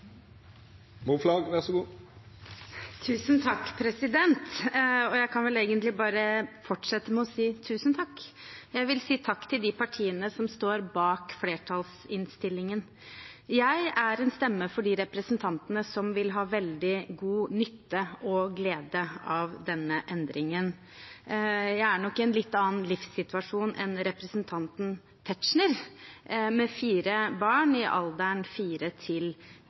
president. Og jeg kan vel egentlig bare fortsette med å si tusen takk – jeg vil si takk til de partiene som står bak flertallsinnstillingen. Jeg er en stemme for de representantene som vil ha veldig god nytte og glede av denne endringen. Jeg er nok i en litt annen livssituasjon enn representanten Tetzschner med mine fire barn i alderen fire til